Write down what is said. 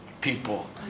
people